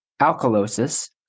alkalosis